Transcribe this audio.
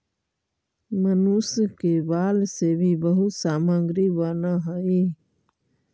मनुष्य के बाल से भी बहुत सामग्री बनऽ हई